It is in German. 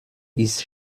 ist